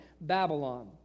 Babylon